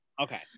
Okay